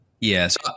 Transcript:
Yes